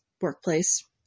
workplace